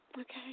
Okay